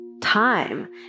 time